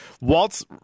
Walt's